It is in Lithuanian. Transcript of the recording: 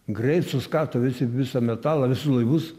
greit suskato visi visą metalą visus laivus